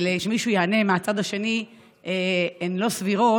שמישהו יענה מהצד השני הן לא סבירות,